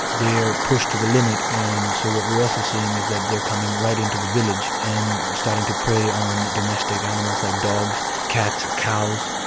they are pushed to the limit. and so what we're also seeing is that they're coming right into the village and starting to prey on domestic animals like dogs, cats, cows,